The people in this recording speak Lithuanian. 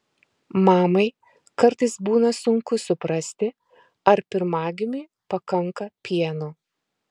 mamai kartais būna sunku suprasti ar pirmagimiui pakanka pieno